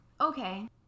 Okay